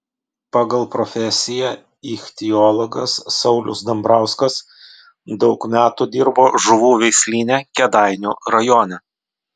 pagal profesiją ichtiologas saulius dambrauskas daug metų dirbo žuvų veislyne kėdainių rajone